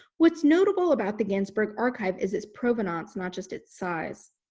what's notable about the ginsburg archive is its provenance, not just its size.